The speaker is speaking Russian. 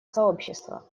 сообщества